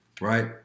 right